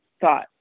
thought